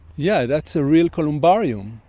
yeah that's a real columbarium.